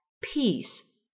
Peace